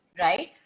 right